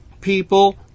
people